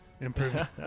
Improved